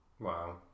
Wow